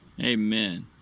Amen